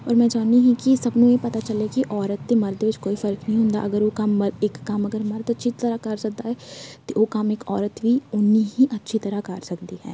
ਔਰ ਮੈਂ ਚਾਹੁੰਦੀ ਹੀ ਕਿ ਸਭ ਨੂੰ ਇਹ ਪਤਾ ਚੱਲੇ ਕਿ ਔਰਤ ਅਤੇ ਮਰਦ ਵਿੱਚ ਕੋਈ ਫ਼ਰਕ ਨਹੀਂ ਹੁੰਦਾ ਅਗਰ ਉਹ ਕੰਮ ਮ ਇੱਕ ਕੰਮ ਅਗਰ ਮਰਦ ਅੱਛੀ ਤਰ੍ਹਾਂ ਕਰ ਸਕਦਾ ਹੈ ਤਾਂ ਉਹ ਕੰਮ ਇੱਕ ਔਰਤ ਵੀ ਉੰਨੀ ਹੀ ਅੱਛੀ ਤਰ੍ਹਾਂ ਕਰ ਸਕਦੀ ਹੈ